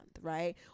right